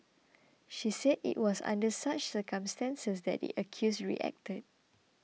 she said it was under such circumstances that the accused reacted